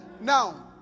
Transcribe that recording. Now